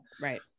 Right